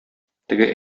теге